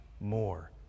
more